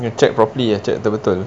you checked properly eh check betul-betul